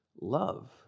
love